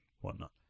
whatnot